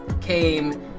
came